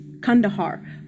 Kandahar